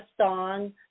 song